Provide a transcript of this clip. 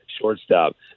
shortstop